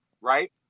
Right